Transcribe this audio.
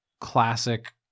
classic